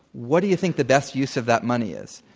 what do you think the best use of that money is?